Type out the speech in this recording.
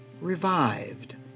revived